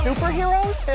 Superheroes